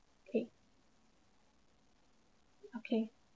okay okay